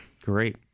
Great